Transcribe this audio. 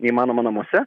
neįmanoma namuose